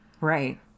Right